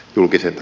julkiset